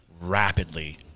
rapidly